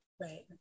Right